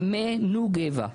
זה מ-נו גבע.